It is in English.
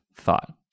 thought